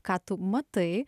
ką tu matai